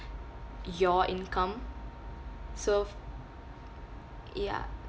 your income so ya